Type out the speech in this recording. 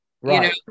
right